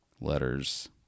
letters